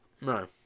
No